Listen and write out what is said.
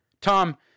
Tom